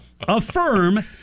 affirm